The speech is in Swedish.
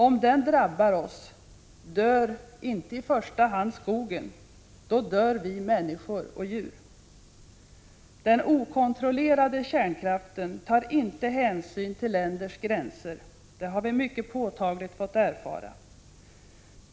Om den drabbar oss dör inte i första hand skogen — då dör vi människor och djur. Den okontrollerade kärnkraften tar inte hänsyn tillländers gränser, det har vi mycket påtagligt fått erfara.